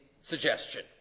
suggestion